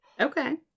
Okay